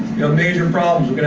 major problems.